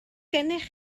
gennych